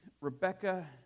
Rebecca